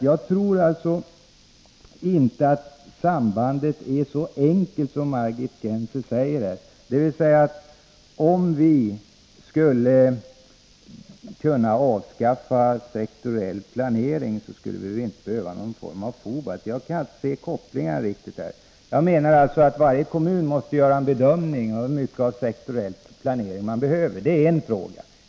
Jag tror inte att det är så enkelt som Margit Gennser säger, att om vi skulle avskaffa sektoriell planering så skulle vi inte behöva någon form av Fobalt. Jag kan inte se att det finns ett samband mellan dessa båda saker. Enligt min mening måste varje kommun göra en bedömning av hur mycket av sektoriell planering man behöver.